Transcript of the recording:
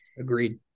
Agreed